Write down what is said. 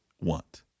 want